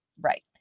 Right